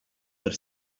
per